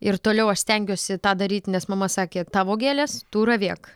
ir toliau aš stengiuosi tą daryt nes mama sakė tavo gėlės tu ravėk